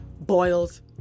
boils